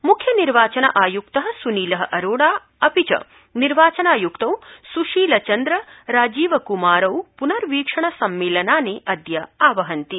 म्ख्य निर्वाचन आय्क्तः स्नील अरोडा अपि च निर्वाचनाय्क्तौ स्शील चन्द्र राजीवक्मारौ प्नर्वीक्षण सम्मेलनानि अद्य आवहन्ति